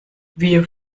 wir